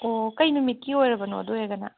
ꯑꯣ ꯀꯔꯤ ꯅꯨꯃꯤꯠꯀꯤ ꯑꯣꯏꯔꯕꯅꯣ ꯑꯗꯨ ꯑꯣꯏꯔꯒꯅ